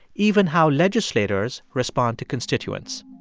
even how legislators respond to constituents